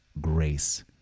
grace